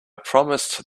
promised